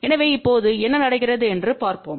எனவே இப்போது என்ன நடக்கிறது என்று பார்ப்போம்